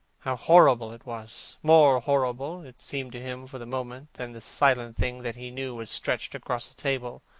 how horrible it was more horrible, it seemed to him for the moment, than the silent thing that he knew was stretched across the table,